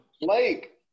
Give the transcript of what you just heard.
Blake